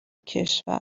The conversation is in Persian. کشور